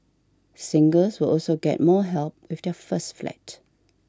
singles will also get more help with their first flat